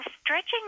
stretching